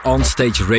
OnStage